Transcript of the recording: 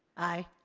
aye.